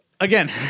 again